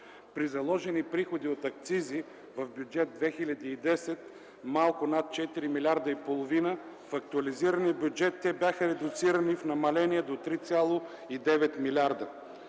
При заложени приходи от акцизи в Бюджет 2010 малко над 4,5 милиарда, в актуализирания бюджет те бяха редуцирани в намаление до 3,9 милиарда.